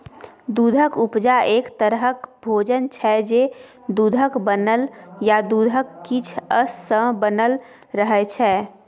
दुधक उपजा एक तरहक भोजन छै जे दुधक बनल या दुधक किछ अश सँ बनल रहय छै